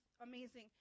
amazing